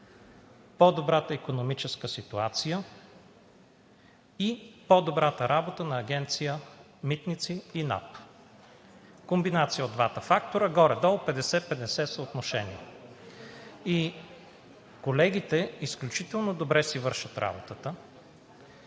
по добрата икономическа ситуация и по-добрата работа на Агенция „Митници“ и НАП. Комбинация от двата фактора, горе-долу 50/50 съотношение. Колегите изключително добре си вършат работата.